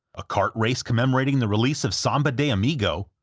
a cart race commemorating the release of samba de amigo,